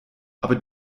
aber